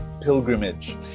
pilgrimage